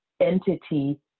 entity